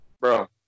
Bro